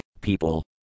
people